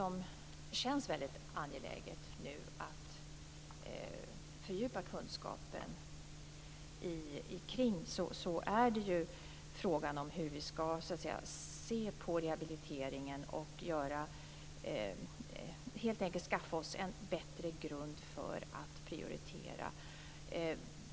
Nu känns det angeläget att fördjupa kunskapen när det gäller frågan om hur vi skall se på rehabiliteringen och att helt enkelt skaffa oss en bättre grund för att prioritera.